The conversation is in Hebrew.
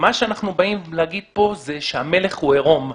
אנחנו באים להגיד שהמלך הוא עירום.